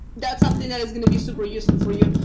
that's something that is going to be super useful for you,